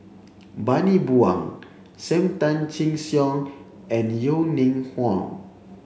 Bani Buang Sam Tan Chin Siong and Yeo Ning Hong